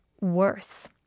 worse